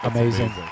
Amazing